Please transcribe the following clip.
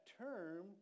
term